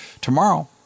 tomorrow